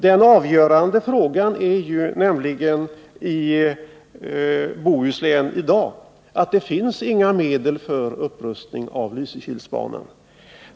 Det avgörande problemet i Bohuslän i dag är nämligen att det inte finns några medel för upprustning av Lysekilsbanan.